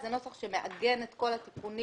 זה נוסח שמעגן את כל הסיכומים